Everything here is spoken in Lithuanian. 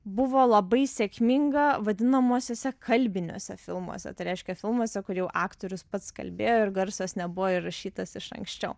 buvo labai sėkminga vadinamuosiuose kalbiniuose filmuose tai reiškia filmuose kur jau aktorius pats kalbėjo ir garsas nebuvo įrašytas iš anksčiau